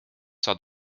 saad